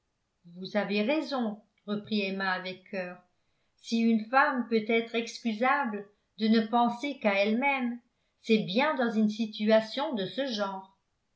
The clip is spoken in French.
vous avez raison reprit emma avec cœur si une femme peut être excusable de ne penser qu'à elle-même c'est bien dans une situation de ce genre